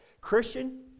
Christian